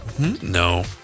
No